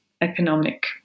economic